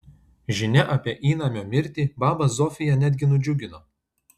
žinia apie įnamio mirtį babą zofiją netgi nudžiugino